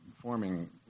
forming